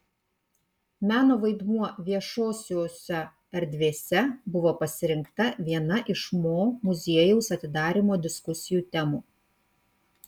meno vaidmuo viešosiose erdvėse buvo pasirinkta viena iš mo muziejaus atidarymo diskusijų temų